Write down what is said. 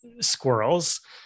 squirrels